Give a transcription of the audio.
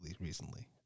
recently